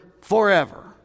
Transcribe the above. forever